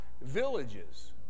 villages